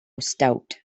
stout